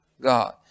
God